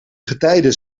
getijden